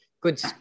good